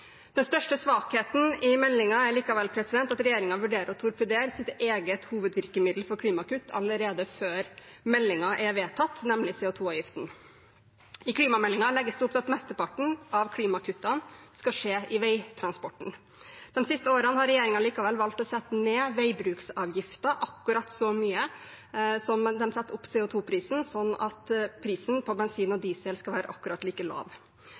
Den største svakheten i meldingen er likevel at regjeringen vurderer å torpedere sitt eget hovedvirkemiddel for klimakutt allerede før meldingen er vedtatt, nemlig CO 2 -avgiften. I klimameldingen legges det opp til at mesteparten av klimakuttene skal skje i veitransporten. De siste årene har regjeringen likevel valgt å sette ned veibruksavgiften akkurat så mye som de setter opp CO 2 -prisen, sånn at prisen på bensin og diesel skal være akkurat like lav.